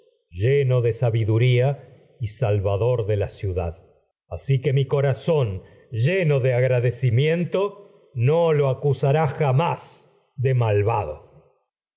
vista de todos sabiduría salvador de ciudad así que mi corazón lleno de agradecimiento de malvado no lo acusará jamás